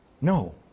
No